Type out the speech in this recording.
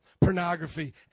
pornography